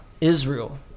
Israel